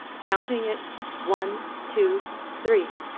counting it one, two, three,